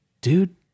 dude